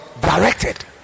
Directed